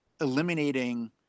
eliminating